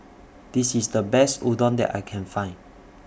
This IS The Best Udon that I Can Find